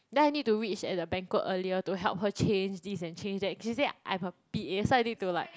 then I need to reach at the banquet earlier to help her change this and change that she say I'm her p_a so I need to like